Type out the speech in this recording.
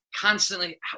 constantly